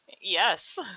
yes